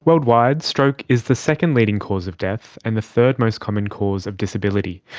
worldwide, stroke is the second leading cause of death and the third most common cause of disability.